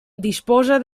disposa